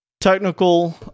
technical